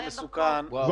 אדוני יושב-הראש,